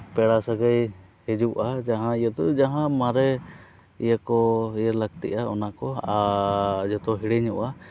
ᱯᱮᱲᱟ ᱥᱟᱹᱜᱟᱹᱭ ᱦᱤᱡᱩᱜᱼᱟ ᱡᱟᱦᱟᱸ ᱤᱭᱟᱹᱛᱮ ᱡᱟᱦᱟᱸ ᱢᱟᱨᱮ ᱤᱭᱟᱹ ᱠᱚ ᱤᱭᱟᱹ ᱞᱟᱹᱠᱛᱤᱜᱼᱟ ᱚᱱᱟ ᱠᱚ ᱟᱨ ᱡᱷᱚᱛᱚ ᱦᱤᱲᱤᱧᱚᱜᱼᱟ